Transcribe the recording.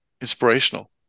inspirational